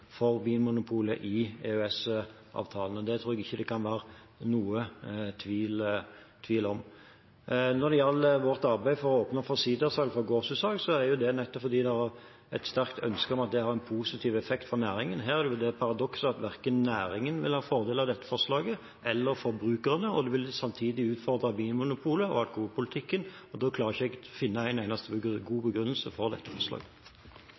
for Vinmonopolet i EØS-avtalen. Det tror jeg det ikke kan være noen tvil om. Når det gjelder vårt arbeid for å åpne opp for sidersalg fra gårdsutsalg, er det nettopp fordi det er et sterkt ønske om at det vil ha en positiv effekt for næringen. Her er det jo det paradokset at verken næringen eller forbrukerne vil ha fordel av dette forslaget, og det vil samtidig utfordre Vinmonopolet og alkoholpolitikken. Da klarer jeg ikke å finne en eneste god begrunnelse for dette forslaget.